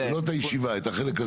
לא את הישיבה, את החלק הזה.